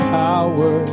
power